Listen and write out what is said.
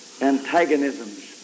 antagonisms